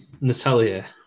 Natalia